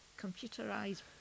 computerized